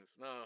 no